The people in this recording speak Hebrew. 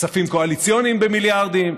כספים קואליציוניים במיליארדים.